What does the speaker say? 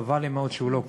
חבל לי מאוד שהוא לא כאן.